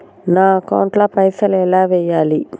నా అకౌంట్ ల పైసల్ ఎలా వేయాలి?